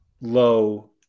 low